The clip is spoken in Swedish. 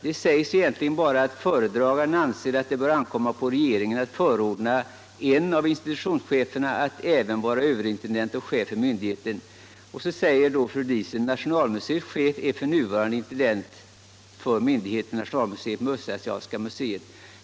Det sägs bara att föredraganden ”anser att det bör ankomma på regeringen att förordna en av institutionscheferna att även vara överintendent och chef för myndigheten. Nationalmuseets chef är f. n. överintendent för myndigheten nationalmuseet med östasiatiska museet.